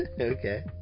okay